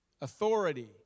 authority